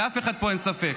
לאף אחד פה אין ספק.